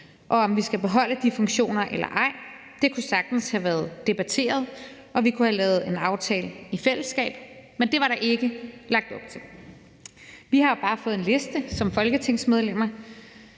Om vi skal beholde de funktioner eller ej, kunne sagtens have været debatteret, og vi kunne have lavet en aftale i fællesskab, men det var der ikke lagt op til. Vi folketingsmedlemmer